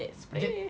jet spray